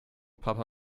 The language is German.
papua